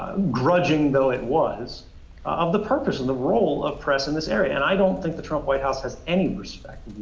grudging though it was of the purpose and the role of press and this area, and i don't think the trump white house has any respect